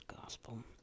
Gospel